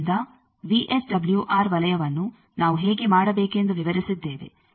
ಆದ್ದರಿಂದ ವಿಎಸ್ಡಬಲ್ಯುಆರ್ ವಲಯವನ್ನು ನಾವು ಹೇಗೆ ಮಾಡಬೇಕೆಂದು ವಿವರಿಸಿದ್ದೇವೆ